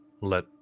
let